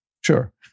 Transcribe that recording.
sure